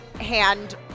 hand